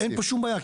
אין פה שום בעיה,